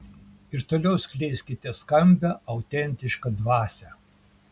ir toliau skleiskite skambią autentišką dvasią